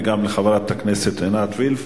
וגם לחברת הכנסת עינת וילף,